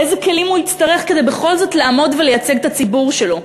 איזה כלים הוא יצטרך כדי בכל זאת לעמוד ולייצג את הציבור שלו.